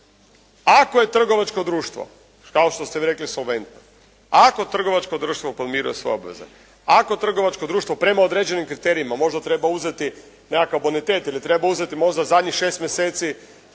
Ako je trgovačko društvo kao što ste vi rekli solventno, ako trgovačko društvo podmiruje svoje obveze, ako trgovačko društvo prema određenim kriterijima možda treba uzeti nekakav bonitet ili treba uzeti možda zadnjih 6 mjeseci